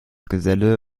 geselle